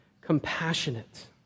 compassionate